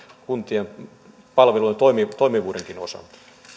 kuntien palvelujen toimivuudenkin osalta